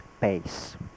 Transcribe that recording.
pace